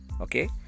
Okay